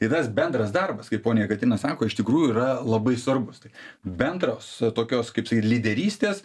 tai tas bendras darbas kaip ponia jakaterina sako iš tikrųjų yra labai svarbus tai bendros tokios kaip sakyt lyderystės